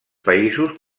països